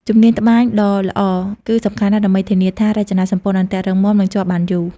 ជំនាញត្បាញដ៏ល្អគឺសំខាន់ណាស់ដើម្បីធានាថា រចនាសម្ព័ន្ធអន្ទាក់រឹងមាំ និងជាប់បានយូរ។